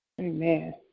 Amen